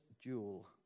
jewel